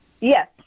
Yes